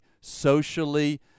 socially